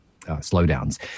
slowdowns